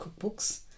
cookbooks